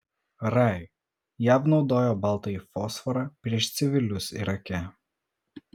rai jav naudojo baltąjį fosforą prieš civilius irake